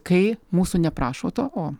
kai mūsų neprašo to o